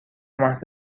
محض